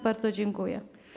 Bardzo dziękuję.